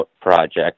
project